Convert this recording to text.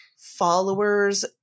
Followers